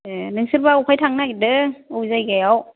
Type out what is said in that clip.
ए नोंसोरबा अबहाय थांनो नागिरदों अबे जायगायाव